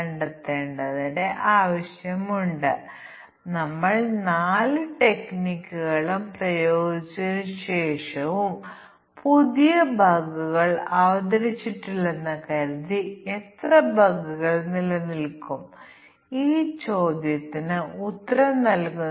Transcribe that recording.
എന്തെങ്കിലും switch on ചെയ്യുകയോ മറ്റെന്തെങ്കിലും സ്വിച്ച് ഓഫ് ചെയ്യുകയോ ചെയ്താൽ അവയുടെയും മറ്റും സംയോജനം നിർദ്ദിഷ്ട വ്യവസ്ഥകൾ നിലനിൽക്കുകയാണെങ്കിൽ ഞങ്ങൾക്ക് ചില പ്രവർത്തനങ്ങൾ ഉണ്ടാകും